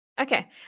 Okay